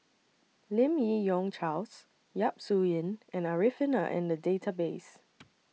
Lim Yi Yong Charles Yap Su Yin and Arifin Are in The Database